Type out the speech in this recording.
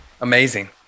Amazing